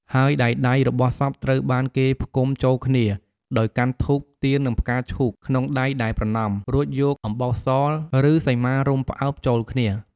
ហើយដែលដៃរបស់សពត្រូវបានគេផ្គុំចូលគ្នា ដោយកាន់ធូប ទៀន និងផ្កាឈូកក្នុងដៃដែលប្រណម រួចយកអំបោះស ឬសីមារុំផ្អោបចូលគ្នា។